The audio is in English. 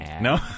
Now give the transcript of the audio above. No